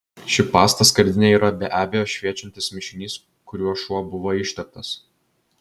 ši pasta skardinėje yra be abejo šviečiantis mišinys kuriuo šuo buvo išteptas